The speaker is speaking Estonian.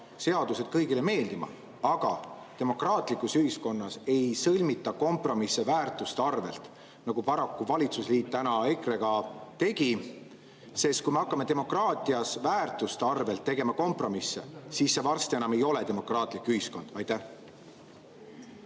seadused kõigile meeldima. Aga demokraatlikus ühiskonnas ei sõlmita kompromisse väärtuste arvel, nagu paraku valitsusliit täna EKRE-ga tegi, sest kui me hakkame demokraatias väärtuste arvel tegema kompromisse, siis see varsti enam ei ole demokraatlik ühiskond. Jaak